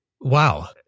Wow